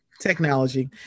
technology